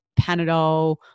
Panadol